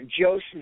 Joseph